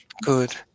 Good